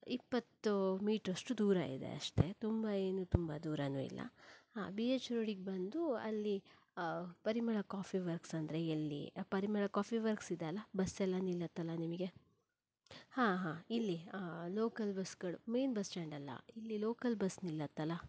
ಇಪ್ಪತ್ತು ಮೀಟ್ರಷ್ಟು ದೂರ ಇದೆ ಅಷ್ಟೇ ತುಂಬ ಏನೂ ತುಂಬ ದೂರನೂ ಇಲ್ಲ ಹಾ ಬಿ ಹೆಚ್ ರೋಡಿಗ್ ಬಂದು ಅಲ್ಲಿ ಪರಿಮಳ ಕಾಫೀ ವರ್ಕ್ಸ್ ಅಂದರೆ ಎಲ್ಲಿ ಪರಿಮಳ ಕಾಫೀ ವರ್ಕ್ಸ್ ಇದೆ ಅಲಾ ಬಸ್ ಎಲ್ಲ ನಿಲ್ಲತ್ತಲ್ಲ ನಿಮಗೆ ಹಾ ಹಾ ಇಲ್ಲಿ ಹಾ ಲೋಕಲ್ ಬಸ್ಗಳು ಮೇನ್ ಬಸ್ಸ್ಟ್ಯಾಂಡ್ ಅಲ್ಲ ಇಲ್ಲಿ ಲೋಕಲ್ ಬಸ್ ನಿಲ್ಲತ್ತಲ್ಲ